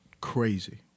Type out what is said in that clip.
crazy